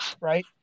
right